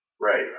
right